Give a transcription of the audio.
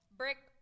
brick